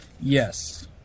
Yes